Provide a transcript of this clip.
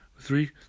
Three